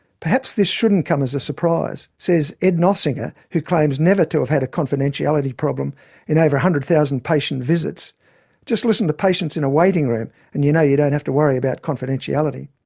perhaps this shouldn't come as a surprise says ed noffsinger, who claims never to have had a confidentiality problem in over one hundred thousand patient visits just listen to patients in a waiting room and you know you don't have to worry about confidentiality.